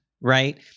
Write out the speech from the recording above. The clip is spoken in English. right